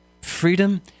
Freedom